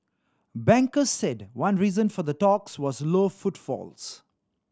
bankers said one reason for the talks was low footfalls